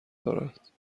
دارد